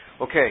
Okay